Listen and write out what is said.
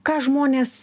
ką žmonės